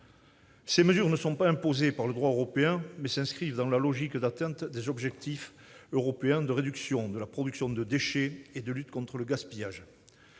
Ces mesures ne sont pas imposées par le droit européen, mais s'inscrivent dans la logique d'atteinte des objectifs européens de réduction de la production de déchets et de lutte contre le gaspillage.